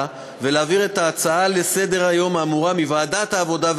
ולהעביר את ההצעה לסדר-היום האמורה מוועדת העבודה,